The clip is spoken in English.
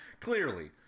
Clearly